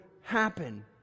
happen